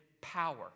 power